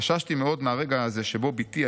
חששתי מאוד מהרגע הזה שבו בתי,